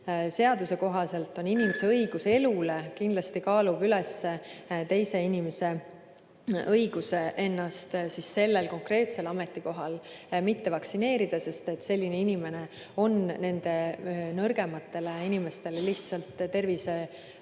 Põhiseaduse kohaselt kaalub inimese õigus elule kindlasti üles teise inimese õiguse ennast sellel konkreetsel ametikohal töötades mitte vaktsineerida, sest selline inimene on nendele nõrgematele inimestele lihtsalt terviseohuks